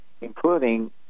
including